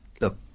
look